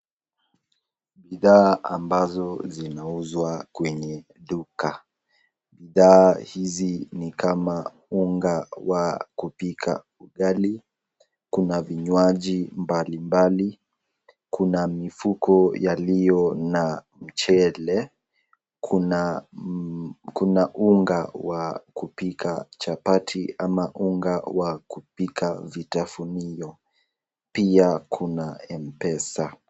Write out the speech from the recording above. Bidhaa ambazo zinauzwa kwenye duka. Bidhaa hizi ni kama unga wa kupika ugali, kuna vinywaji mbalimbali, kuna mifuko yaliyo na mchele, kuna unga wa kupika chapati ama unga wa kupika vitafunio pia kuna M-Pesa.